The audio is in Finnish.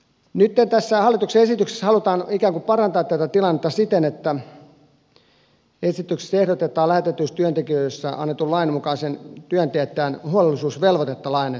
nytten tässä hallituksen esityksessä halutaan ikään kuin parantaa tätä tilannetta siten että esityksessä ehdotetaan lähetetyistä työntekijöistä annetun lain mukaista työn teettäjän huolellisuusvelvoitetta laajennettavan